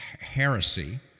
heresy